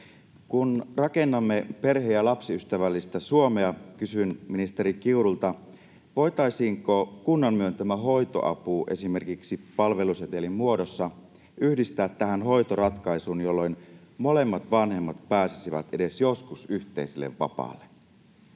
Kun rakennamme perhe‑ ja lapsiystävällistä Suomea, kysyn ministeri Kiurulta: voitaisiinko kunnan myöntämä hoitoapu esimerkiksi palvelusetelin muodossa yhdistää tähän hoitoratkaisuun, jolloin molemmat vanhemmat pääsisivät edes joskus yhteiselle vapaalle?